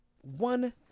One